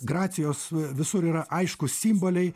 gracijos visur yra aiškūs simboliai